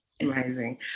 Amazing